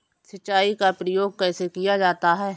सिंचाई का प्रयोग कैसे किया जाता है?